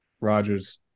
Rogers